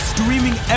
Streaming